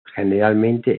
generalmente